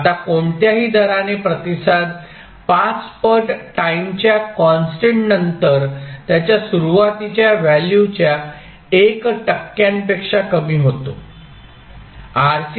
आता कोणत्याही दराने प्रतिसाद 5 पट टाईम च्या कॉन्स्टंट नंतर त्याच्या सुरुवातीच्या व्हॅल्यूच्या 1 टक्क्यांपेक्षा कमी होतो